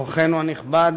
אורחנו הנכבד,